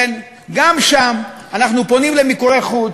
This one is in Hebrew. כן, גם שם אנחנו פונים למיקורי חוץ,